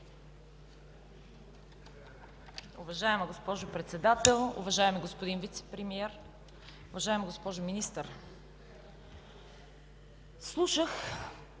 Уважаема госпожо Председател, уважаеми господин Вицепремиер, уважаема госпожо Министър! Слушах